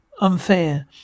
unfair